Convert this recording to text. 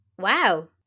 Wow